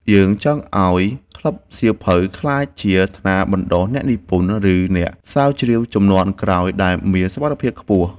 យើងចង់ឱ្យក្លឹបសៀវភៅក្លាយជាថ្នាលបណ្ដុះអ្នកនិពន្ធ ឬអ្នកស្រាវជ្រាវជំនាន់ក្រោយដែលមានសមត្ថភាពខ្ពស់។